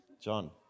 John